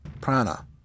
Prana